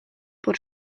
por